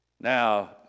Now